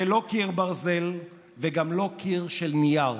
זה לא קיר ברזל וגם לא קיר של נייר